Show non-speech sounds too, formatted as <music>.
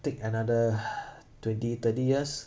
take another <noise> twenty thirty years